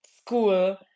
school